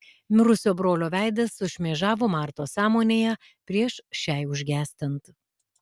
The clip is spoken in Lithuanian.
mirusio brolio veidas sušmėžavo martos sąmonėje prieš šiai užgęstant